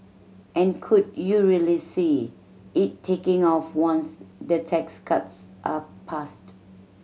and could you really see it taking off once the tax cuts are passed